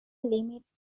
limits